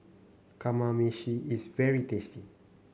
kamameshi is very tasty